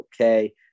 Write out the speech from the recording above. okay